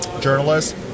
journalists